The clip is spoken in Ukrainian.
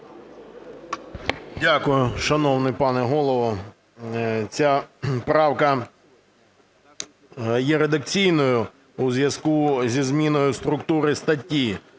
Дякую, шановний пане Голово. Ця правка є редакційною у зв'язку зі зміною структури статті.